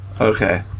Okay